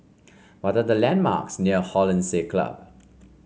what are the landmarks near Hollandse Club